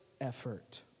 effort